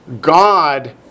God